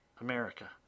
America